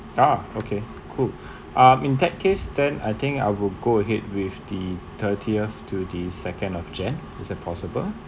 ah okay cool um in that case then I think I will go ahead with the thirtieth to the second of jan~ is it possible